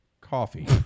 coffee